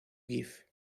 give